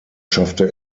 schaffte